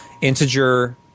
integer